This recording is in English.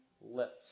lips